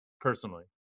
personally